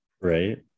right